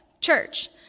church